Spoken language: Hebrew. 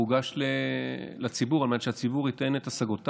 והוא הוגש לציבור על מנת שהציבור ייתן את השגותיו.